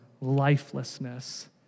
lifelessness